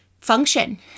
function